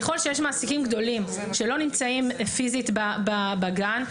ככל שיש מעסיקים גדולים שלא נמצאים פיזית בגן,